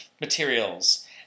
materials